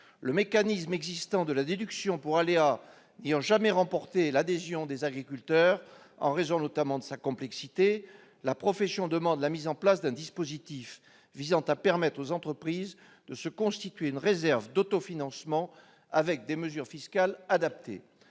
Le mécanisme existant de la déduction pour aléas n'ayant jamais remporté l'adhésion des agriculteurs en raison notamment de sa complexité, la profession demande la mise en place d'un dispositif visant à permettre aux entreprises de se constituer une « réserve d'autofinancement » avec des mesures fiscales adaptées.